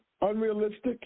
unrealistic